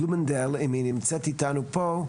בלומנדל אם היא נמצאת איתנו פה.